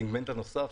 הסגמנט הנוסף,